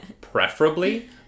preferably